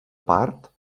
part